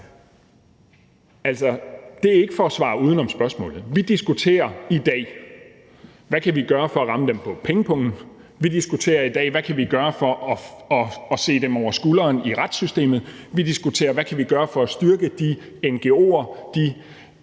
og det er ikke for at svare uden om spørgsmålet, at vi i dag diskuterer, hvad vi kan gøre for at ramme dem på pengepungen; vi diskuterer i dag, hvad vi kan gøre for at se dem over skulderen i forhold til retssystemet; vi diskuterer, hvad vi kan gøre for at styrke de ngo'er og